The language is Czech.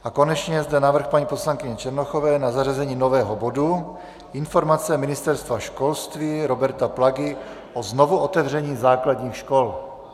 A konečně je zde návrh paní poslankyně Černochové na zařazení nového bodu Informace ministra školství Roberta Plagy o znovuotevření základních škol.